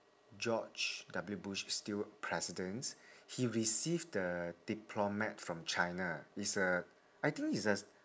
george W bush is still president he received the diplomat from china it's a I think it's a